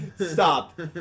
Stop